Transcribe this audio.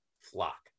flock